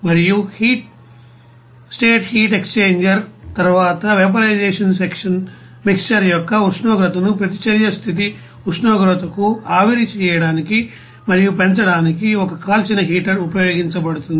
మరియు heat state heat exchanger తరువాత vaporisation section mixer యొక్క ఉష్ణోగ్రతను ప్రతిచర్య స్థితి ఉష్ణోగ్రతకు ఆవిరి చేయడానికి మరియు పెంచడానికి ఒక కాల్చిన హీటర్ ఉపయోగించబడుతుంది